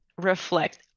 reflect